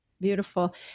Beautiful